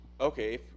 okay